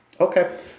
Okay